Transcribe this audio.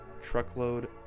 Truckload